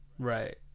Right